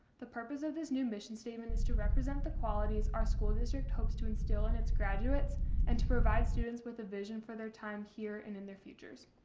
the purpose of this new mission statement is to represent the qualities our school district hopes to instill in it's graduates and to provide students with a vision for their time here and in their futures.